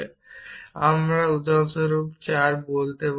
সুতরাং আমি উদাহরণস্বরূপ 4 বলতে পারি